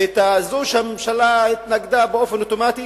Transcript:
וזה שהממשלה התנגדה באופן אוטומטי,